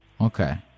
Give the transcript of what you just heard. okay